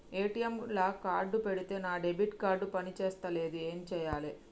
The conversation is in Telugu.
ఏ.టి.ఎమ్ లా కార్డ్ పెడితే నా డెబిట్ కార్డ్ పని చేస్తలేదు ఏం చేయాలే?